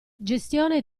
gestione